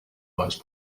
most